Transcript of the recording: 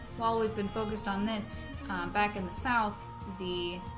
while we've been focused on this back in the south the